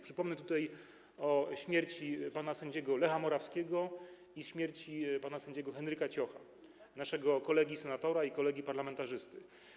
Przypomnę tutaj o śmierci pana sędziego Lecha Morawskiego i pana sędziego Henryka Ciocha, naszego kolegi senatora i kolegi parlamentarzysty.